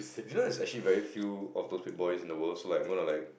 you know it's actually very few auto fit boys in the world so like I wanna like